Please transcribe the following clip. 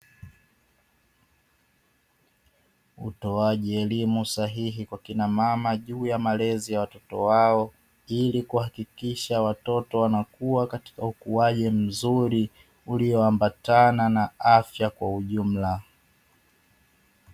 Utoaji elimu sahihi kwa kina mama juu ya malezi ya watoto wao, ili kuhakikisha watoto wanakua katika ukuaji mzuri ulioambatana na afya kwa ujumla.